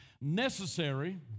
Necessary